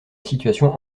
situation